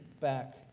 back